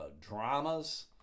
dramas